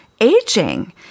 aging